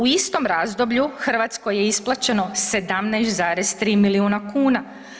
U istom razdoblju Hrvatskoj je isplaćeno 17,3 milijuna kuna.